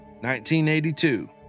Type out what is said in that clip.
1982